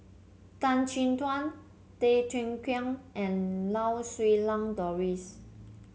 Tan Chin Tuan Tay Teow Kiat and Lau Siew Lang Doris